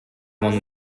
one